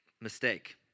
Mistake